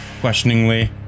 questioningly